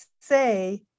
say